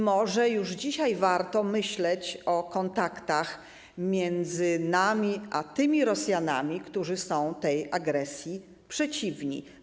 Może już dzisiaj warto myśleć o kontaktach między nami a tymi Rosjanami, którzy są tej agresji przeciwni?